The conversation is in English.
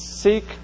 Seek